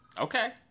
Okay